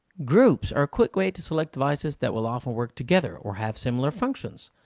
groups are a quick way to select devices that will often work together or have similar functions,